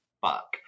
fuck